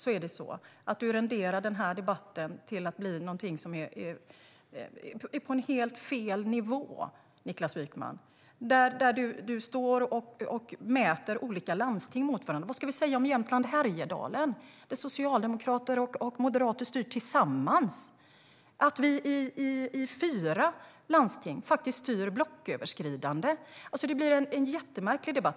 Återigen gör du denna debatt till något som är på helt fel nivå. Du mäter olika landsting mot varandra. Vad ska vi säga om Jämtland Härjedalen, där socialdemokrater och moderater styr tillsammans? I fyra landsting styr vi faktiskt blocköverskridande. Detta blir en jättemärklig debatt.